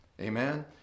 amen